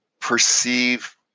perceive